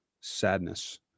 sadness